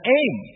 aim